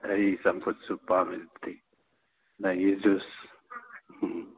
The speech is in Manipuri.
ꯑꯩ ꯆꯝꯐꯨꯠꯁꯨ ꯄꯝꯃꯤꯗꯨꯗꯤ ꯅꯍꯤ ꯖꯨꯁ ꯎꯝ